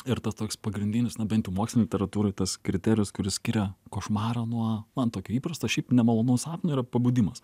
ir tas toks pagrindinis na bent jau mokslinėj literatūroj tas kriterijus kuris skiria košmarą nuo man tokio įprasto šiaip nemalonaus sapno yra pabudimas